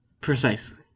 Precisely